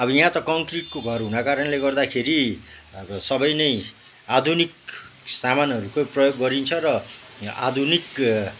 अब यहाँ त कन्क्रिटको घर हुनाको कारणले गर्दाखेरि अब सबै नै आधुनिक सामानहरूकै प्रयोग गरिन्छ र आधुनिक